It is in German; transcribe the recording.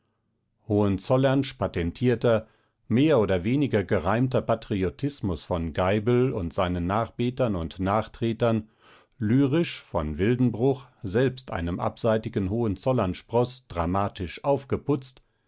hohenzollernsch patentierter mehr oder weniger gereimter patriotismus von geibel und seinen nachbetern und nachtretern lyrisch von wildenbruch selbst einem abseitigen hohenzollernsproß dramatisch aufgeputzt